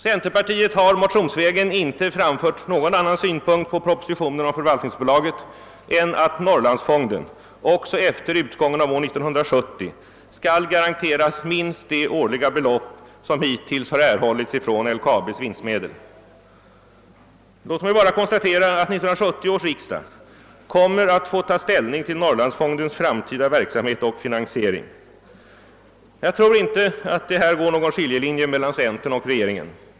Centerpartiet har motionsvägen inte framfört någon annan synpunkt på propositionen om förvaltningsbolaget än att Norrlandsfonden även efter utgången av 1970 skall garanteras minst det årliga belopp som hittills erhållits från LKAB:s vinstmedel. Låt mig bara konstatera att 1970 års riksdag kommer att få ta ställning till Norrlandsfondens framtida verksamhet och finansiering. Jag tror inte att det härvidlag går någon skiljelinje mellan centern och regeringen.